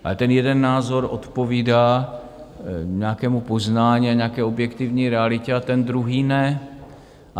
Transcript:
Ale ten jeden názor odpovídá nějakému poznání a nějaké objektivní realitě a ten druhý ne.